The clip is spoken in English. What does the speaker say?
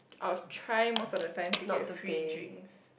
I'll try most of the time to get free drinks